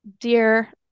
Dear